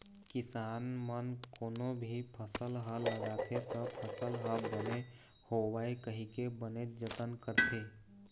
किसान मन कोनो भी फसल ह लगाथे त फसल ह बने होवय कहिके बनेच जतन करथे